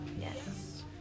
Yes